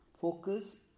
focus